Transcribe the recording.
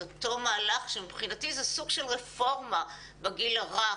את אות ומהלך שמבחינתי הוא סוג של רפורמה בגיל הרך,